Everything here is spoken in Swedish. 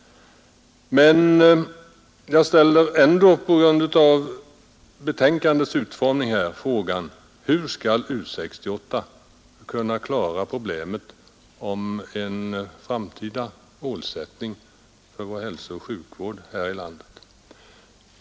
Men på grund av betänkandets utformning ställer jag åter frågan: Hur skall U 68 kunna lösa problemet beträffande en framtida målsättning för vår hälsooch sjukvård här i landet?